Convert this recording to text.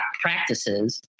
practices